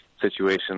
situation